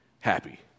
happy